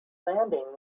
landing